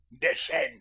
Descend